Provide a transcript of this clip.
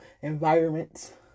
environments